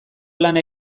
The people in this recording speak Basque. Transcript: lana